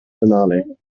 finale